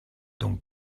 donc